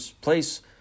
place